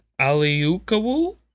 Aliukawu